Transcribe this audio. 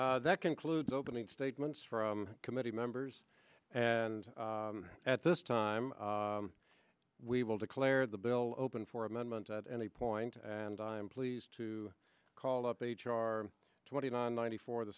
enough that concludes opening statements from committee members and at this time we will declare the bill open for amendment at any point and i'm pleased to call up h r twenty nine ninety four the